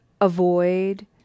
avoid